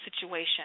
situation